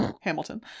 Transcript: Hamilton